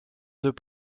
deux